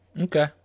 Okay